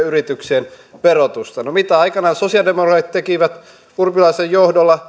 yritysten verotusta no mitä aikanaan sosi alidemokraatit tekivät urpilaisen johdolla